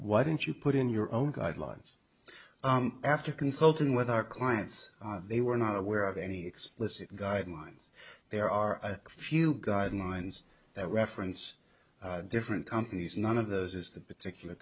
why didn't you put in your own guidelines after consulting with our clients they were not aware of any explicit guidelines there are few guidelines that reference different companies none of those is the particular